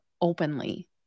openly